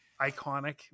iconic